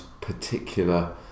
particular